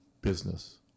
business